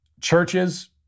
churches